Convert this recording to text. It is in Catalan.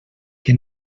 que